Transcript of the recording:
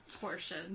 portion